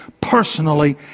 personally